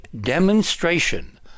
demonstration